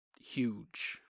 huge